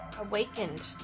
Awakened